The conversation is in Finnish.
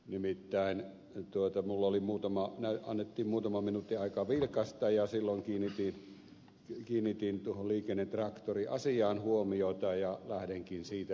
nimittäin minulle annettiin muutama minuutti aikaa vilkaista ja silloin kiinnitin tuohon liikennetraktoriasiaan huomiota ja lähdenkin siitä liikenteeseen